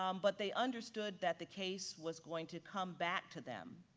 um but they understood that the case was going to come back to them